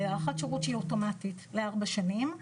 הארכת שירות שהיא אוטומטית לארבע שנים.